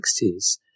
1960s